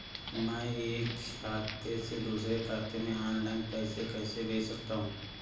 मैं एक खाते से दूसरे खाते में ऑनलाइन पैसे कैसे भेज सकता हूँ?